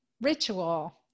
ritual